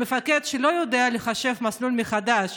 מפקד שלא יודע לחשב מסלול מחדש